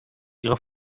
ihrer